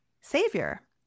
savior